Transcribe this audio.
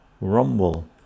rumble